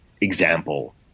example